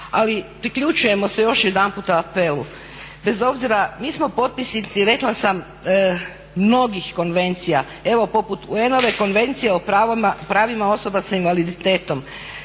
Ali priključujemo se još jedanputa apelu. Bez obzira mi smo potpisnici, rekla sam mnogih konvencija evo poput UN-ove Konvencije o pravima osoba sa invaliditetom.